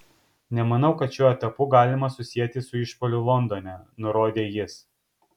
nemanau kad šiuo etapu galima susieti su išpuoliu londone nurodė jis